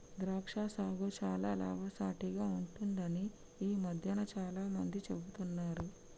ద్రాక్ష సాగు చాల లాభసాటిగ ఉంటుందని ఈ మధ్యన చాల మంది చెపుతున్నారు